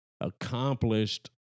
accomplished